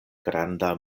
granda